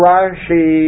Rashi